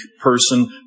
person